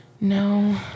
No